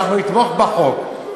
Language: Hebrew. אנחנו נתמוך בחוק,